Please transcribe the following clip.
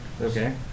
Okay